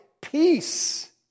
peace